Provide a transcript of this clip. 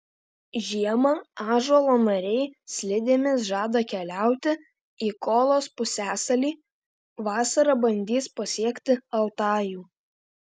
žiemą ąžuolo nariai slidėmis žada keliauti į kolos pusiasalį vasarą bandys pasiekti altajų